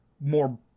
more